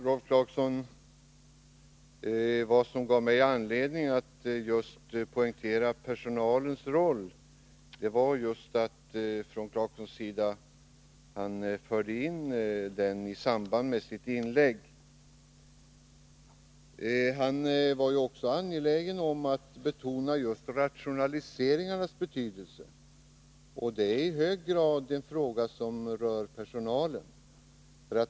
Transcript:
Herr talman! Vad som gav mig anledning att poängtera personalens roll var att Rolf Clarkson i sitt inlägg förde in just den. Han var ju också angelägen om att betona just rationaliseringarnas betydelse, och det är i hög grad en fråga som rör personalen.